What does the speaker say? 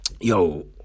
yo